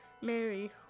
Mary